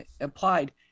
applied